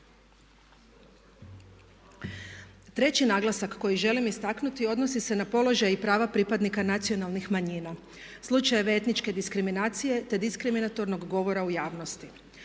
Treći naglasak koji želim istaknuti odnosi se na položaj i prava pripadnika nacionalnih manjina. Slučajeve etničke diskriminacije te diskriminatornog govora u javnosti.